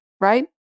right